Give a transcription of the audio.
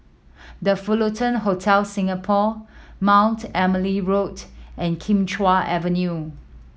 The Fullerton Hotel Singapore Mount Emily Road and Kim Chuan Avenue